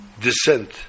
Descent